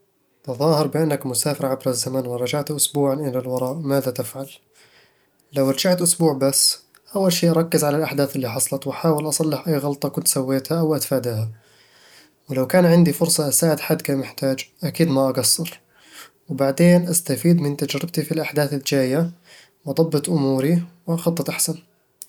تظاهر بأنك مسافر عبر الزمن، ورجعت أسبوعًا إلى الوراء. ماذا تفعل؟ لو رجعت أسبوع بس، أول شي أركز على الأحداث اللي حصلت، وأحاول أصلح أي غلطة كنت سويتها أو أتفاداها ولو كان عندي فرصة أساعد حد كان محتاج، أكيد ما أقصر وبعدين، أستفيد من تجربتي في الأحداث الجاية، وأضبط أموري وأخطط أحسن